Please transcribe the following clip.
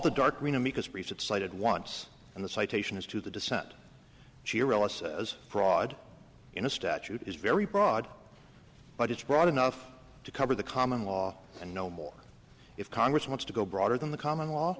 the dark green amicus briefs that cited once and the citation is to the dissent she realises fraud in a statute is very broad but it's broad enough to cover the common law and no more if congress wants to go broader than the common law